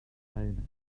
deine